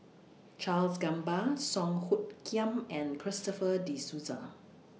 Charles Gamba Song Hoot Kiam and Christopher De Souza